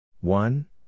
One